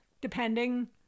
depending